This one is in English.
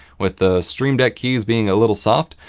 with the stream deck keys being a little soft,